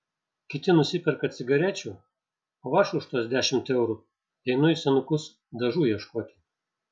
kiti nusiperka cigarečių o aš už tuos dešimt eurų einu į senukus dažų ieškoti